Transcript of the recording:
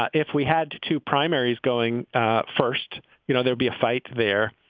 ah if we had two primaries going first, you know, there'd be a fight there.